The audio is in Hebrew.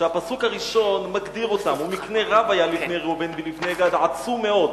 שהפסוק הראשון מגדיר אותם: "ומקנה רב היה לבני ראובן ולבני גד עצום מאד.